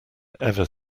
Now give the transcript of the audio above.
ever